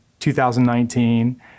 2019